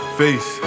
face